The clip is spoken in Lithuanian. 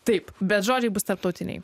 taip bet žodžiai bus tarptautiniai